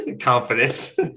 Confidence